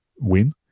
win